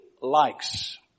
likes